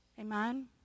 Amen